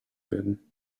werden